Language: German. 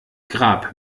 grab